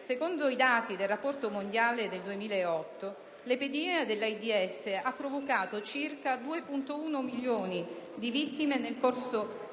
Secondo i dati del Rapporto mondiale sull'AIDS 2008 delle Nazioni Unite, l'epidemia dell'AIDS ha provocato circa 2,1 milioni di vittime nel corso del